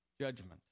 judgment